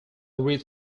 read